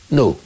no